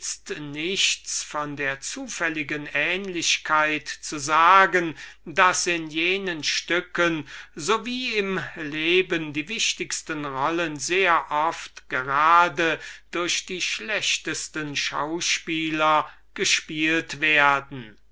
nichts von der zufälligen ähnlichkeit zu sagen daß in diesen stücken so wie im leben die wichtigsten rollen sehr oft gerade durch die schlechtesten acteurs gespielt werden